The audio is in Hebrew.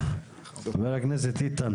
חברה כנסת איתן,